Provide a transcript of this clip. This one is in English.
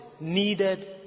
needed